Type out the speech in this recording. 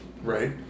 Right